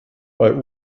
bei